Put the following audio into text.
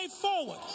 forward